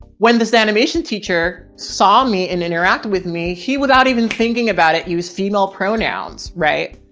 when the sanitation teacher saw me and interacted with me, he, without even thinking about it, use female pronouns. right.